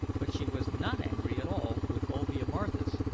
but she was not angry at all with olvia marthis,